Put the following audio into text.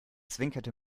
zwinkerte